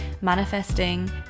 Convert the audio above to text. manifesting